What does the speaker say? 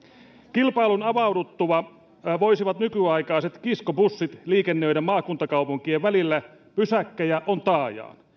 kilpailun avauduttua voisivat nykyaikaiset kiskobussit liikennöidä maakuntakaupunkien välillä pysäkkejä on taajaan